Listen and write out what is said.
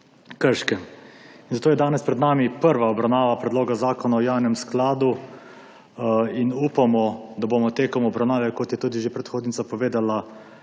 Krškem. Zato je danes pred nami prva obravnava predloga zakona o javnem skladu in upamo, da bomo tekom obravnave, kot je že predhodnica povedala,